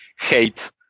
hate